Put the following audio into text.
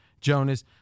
Jonas